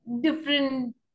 different